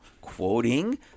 quoting